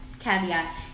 caveat